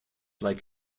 like